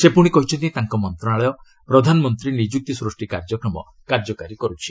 ସେ ପୁଣି କହିଛନ୍ତି ତାଙ୍କ ମନ୍ତ୍ରଣାଳୟ ପ୍ରଧାନମନ୍ତ୍ରୀ ନିଯୁକ୍ତି ସୃଷ୍ଟି କାର୍ଯ୍ୟକ୍ରମ କାର୍ଯ୍ୟକାରୀ କରୁଛି